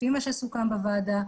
לפי מה שסוכם בוועדה,